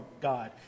God